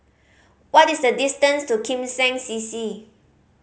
what is the distance to Kim Seng C C